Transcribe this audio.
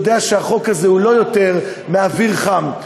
יודע שהחוק הזה הוא לא יותר מאוויר חם.